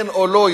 כן או לא,